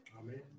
Amen